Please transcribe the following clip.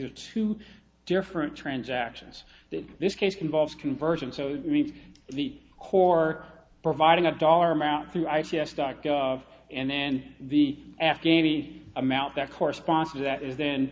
do two different transactions that this case involves conversion so mean the core providing a dollar amount to i p s dot gov and then the afghanis amount that corresponds to that is then